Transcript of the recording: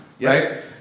Right